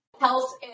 health